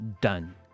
done